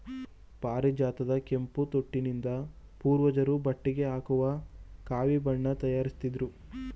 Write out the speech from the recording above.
ಪಾರಿಜಾತದ ಕೆಂಪು ತೊಟ್ಟಿನಿಂದ ಪೂರ್ವಜರು ಬಟ್ಟೆಗೆ ಹಾಕುವ ಕಾವಿ ಬಣ್ಣ ತಯಾರಿಸುತ್ತಿದ್ರು